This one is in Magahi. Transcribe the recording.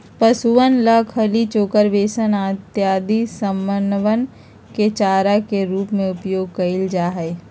पशुअन ला खली, चोकर, बेसन इत्यादि समनवन के चारा के रूप में उपयोग कइल जाहई